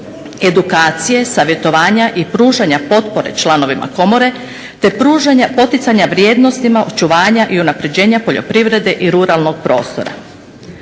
edukacije, savjetovanja i pružanja potpore članovima komore te pružanja poticanja vrijednosti, očuvanja i unapređenja poljoprivrede i ruralnog prostora.